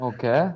Okay